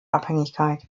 abhängigkeit